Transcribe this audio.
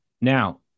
Now